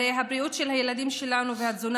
הרי הבריאות של הילדים שלנו והתזונה